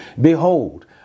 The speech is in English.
Behold